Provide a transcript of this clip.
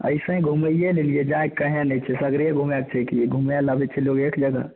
ऐसै घूमैए लै एलिऐ जाएके कहेँ नहि छै सगरे घूमैके छै की घूमै लै अबै छै लोग एक जगह